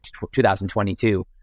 2022